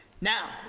Now